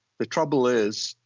the trouble is,